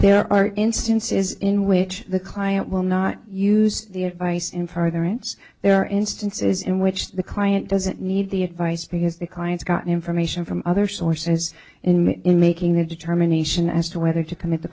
there are instances in which the client will not use the advice in furtherance there are instances in which the client doesn't need the advice because the client's got information from other sources in making a determination as to whether to commit the